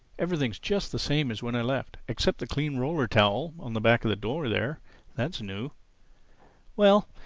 everything's just the same as when i left except the clean roller-towel on the back of the door there that's new well,